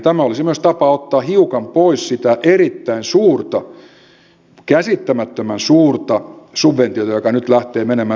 tämä olisi myös tapa ottaa hiukan pois sitä erittäin suurta käsittämättömän suurta subventiota joka nyt lähtee menemään tuulivoimalle